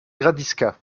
gradisca